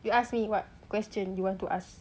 you ask me what question you want to ask